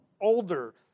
older